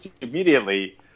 immediately